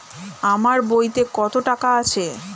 আমার বইতে কত টাকা আছে?